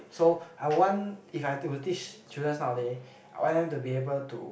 so I want if I've to teach students nowadays I want them to be able to